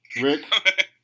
Rick